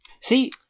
See